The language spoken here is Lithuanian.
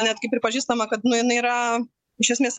netgi pripažįstama kad nu jinai yra iš esmės